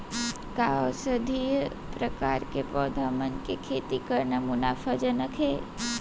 का औषधीय प्रकार के पौधा मन के खेती करना मुनाफाजनक हे?